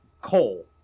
coal